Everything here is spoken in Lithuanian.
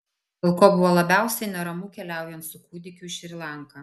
dėl ko buvo labiausiai neramu keliaujant su kūdikiu į šri lanką